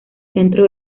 centro